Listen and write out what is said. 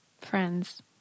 friends